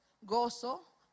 gozo